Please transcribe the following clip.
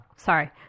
Sorry